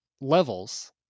levels